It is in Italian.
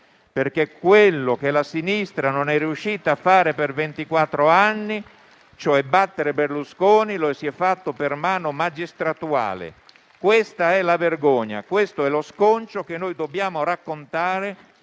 perché quello che la sinistra non è riuscita a fare per ventiquattro anni, cioè, battere Berlusconi, lo si è fatto per mano magistratuale, questa è la vergogna, questo è lo sconcio, che noi dobbiamo raccontare